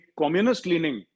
communist-leaning